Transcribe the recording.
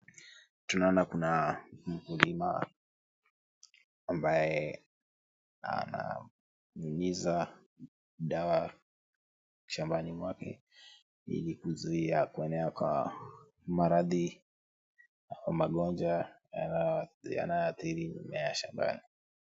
Tunaona kuwa kuna mkulima ambaye ananyunyiza dawa shambani mwake, ili kuzuia kuenea kwa maradhi au magonjwa yanayoathiri mimrea ya shambani.